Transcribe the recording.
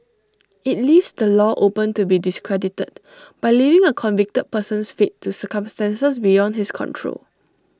IT leaves the law open to be discredited by leaving A convicted person's fate to circumstances beyond his control